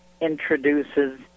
Introduces